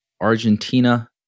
Argentina